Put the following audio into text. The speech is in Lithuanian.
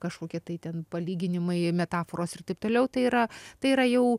kažkokie tai ten palyginimai metaforos ir taip toliau tai yra tai yra jau